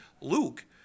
Luke